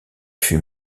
fut